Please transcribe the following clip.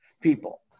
people